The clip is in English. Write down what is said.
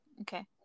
Okay